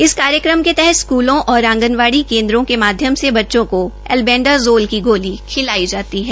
इस कार्यक्रम के तहत स्कूलों और आंगनवाड़ी केंद्रों के माध्यम से बच्चों को एल्बेडाजोल की गोली खिलाई जाती है